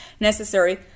necessary